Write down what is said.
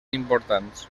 importants